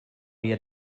via